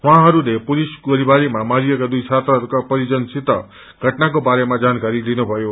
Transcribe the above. उहाँहस्ले police गोलीबारीमा मारिएका दुइ छात्रहरूका परिजनसित घटनाको बारेमा जानकारी लिनुभयो